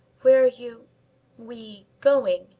where are you we going?